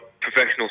professional